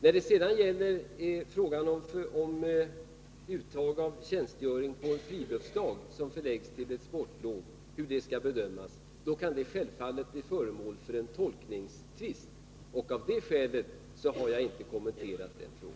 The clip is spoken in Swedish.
När det sedan gäller uttag av tjänstgöring på en friluftsdag som förläggs till ett sportlov och hur den saken skall bedömas, så kan den frågan självfallet bli föremål för en tolkningstvist. Av det skälet har jag inte kommenterat den frågan.